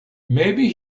maybe